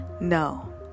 No